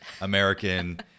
American